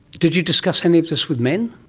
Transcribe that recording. did you discuss any of this with men?